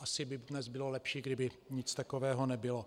Asi by dnes bylo lepší, kdyby nic takového nebylo.